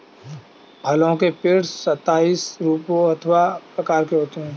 फलों के पेड़ सताइस रूपों अथवा प्रकार के होते हैं